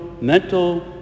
mental